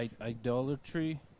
idolatry